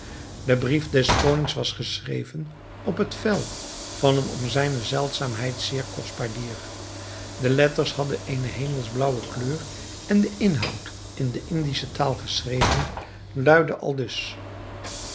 de brief des konings was geschreven op het vel van een om zijne zeldzaamheid zeer kostbaar dier de letters hadden eene hemelsblaauwe kleur en de inhoud in de indische taal geschreven luidde aldus